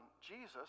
Jesus